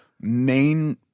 main